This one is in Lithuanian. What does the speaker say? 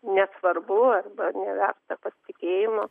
nesvarbu arba neverta pasitikėjimo